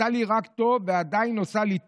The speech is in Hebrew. עשתה לי רק טוב, ועדיין עושה לי טוב.